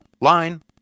line